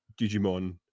Digimon